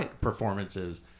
performances